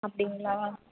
அப்படிங்களா